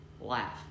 laugh